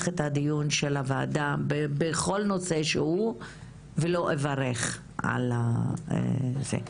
את הדיון של הוועדה בכל נושא שלא יהיה ולא אברך על ההסכם שנחתם.